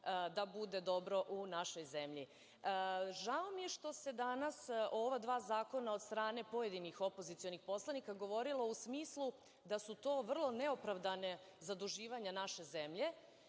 da bude dobro u našoj zemlji. Žao mi je što se danas ova dva zakona od strane pojedinih opozicionih poslanika govorilo u smislu da su to vrlo neopravdana zaduživanja naše zemlje.